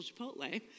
Chipotle